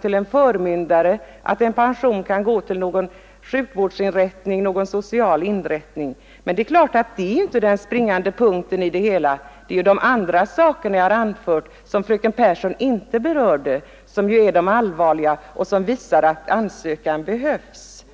till en förmyndare, till en sjukvårdsinrättning eller socialinrättning. Men det är givetvis inte den springande punkten i det hela. Det är de andra saker som jag har anfört och som fröken Pehrsson inte berörde som är allvarliga och som visar att ansökan behövs.